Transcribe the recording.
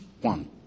one